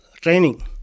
training